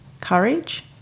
courage